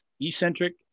eccentric